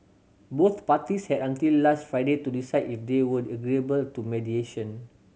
both parties had until last Friday to decide if they were agreeable to mediation